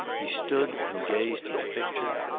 he stood and gazed at the picture.